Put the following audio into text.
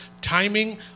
Timing